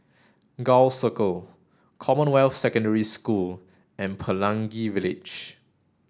Gul Circle Commonwealth Secondary School and Pelangi Village